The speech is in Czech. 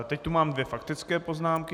Teď tu mám dvě faktické poznámky.